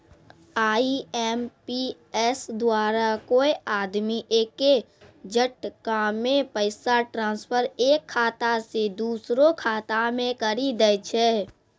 IMPS द्वारा कोय आदमी एक्के झटकामे पैसा ट्रांसफर एक खाता से दुसरो खाता मे करी दै छै